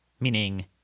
Meaning